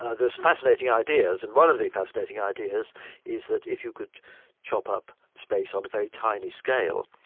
ah there's fascinating ideas and one of the fascinating ideas is that if you could chop up space on a very tiny scale,